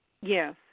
Yes